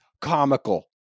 comical